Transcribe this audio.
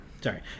sorry